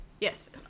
Yes